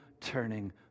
turning